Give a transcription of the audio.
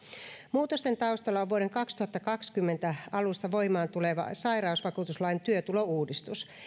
muutosten taustalla on vuoden kaksituhattakaksikymmentä alusta voimaan tuleva sairausvakuutuslain työtulouudistus